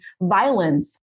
violence